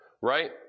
Right